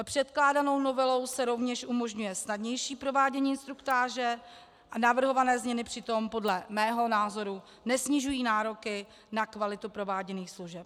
Předkládanou novelou se rovněž umožňuje snadnější provádění instruktáže a navrhované změny přitom podle mého názoru nesnižují nároky na kvalitu prováděných služeb.